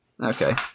Okay